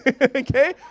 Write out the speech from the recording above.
Okay